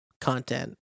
content